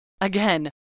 again